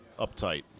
uptight